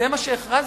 זה מה שהכרזת.